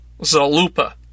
Zalupa